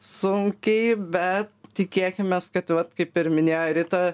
sunkiai bet tikėkimės kad vat kaip ir minėjo rita